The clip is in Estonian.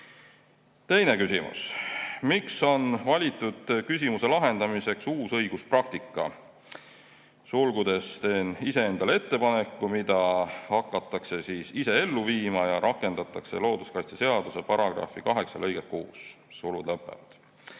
Teine küsimus: "Miks on valitud küsimuse lahendamiseks uus õiguspraktika (teen iseendale ettepaneku, mida hakatakse siis ise ellu viima ja rakendatakse looduskaitseseaduse paragrahvi 8 lõiget 6). Kas Teie